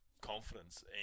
confidence